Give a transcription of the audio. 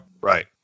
Right